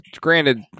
granted